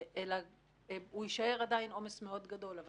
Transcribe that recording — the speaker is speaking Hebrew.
אלא הוא יישאר עדיין עומס מאוד גדול אבל